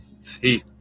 See